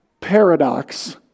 paradox